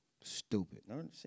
Stupid